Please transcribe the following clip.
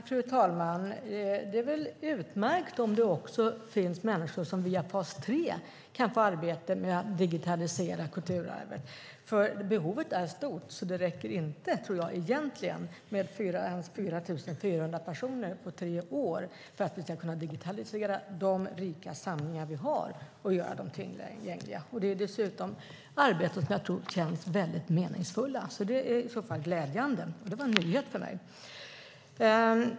Fru talman! Det är utmärkt om det också finns människor som via fas 3 kan få arbete med att digitalisera kulturarvet. Behovet är stort. Jag tror egentligen inte att det räcker med 4 400 personer på tre år för att digitalisera de rika samlingar vi har och göra dem tillgängliga. Det är dessutom arbeten som jag tror känns väldigt meningsfulla. Det är glädjande, och det var en nyhet för mig.